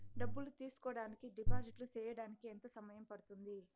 డబ్బులు తీసుకోడానికి డిపాజిట్లు సేయడానికి ఎంత సమయం పడ్తుంది